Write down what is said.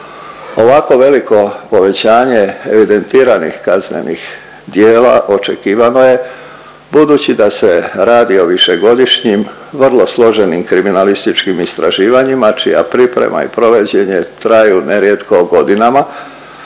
Ovako veliko povećanje evidentiranih kaznenih djela očekivano je budući da se radi o višegodišnjim vrlo složenim kriminalističkim istraživanjima čija priprema i provođenje traju nerijetko godinama,